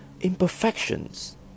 imperfections